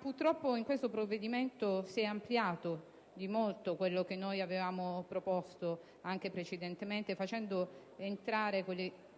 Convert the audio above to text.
Purtroppo in questo provvedimento si è ampliato di molto quanto avevamo proposto in precedenza, facendo entrare nell'alveo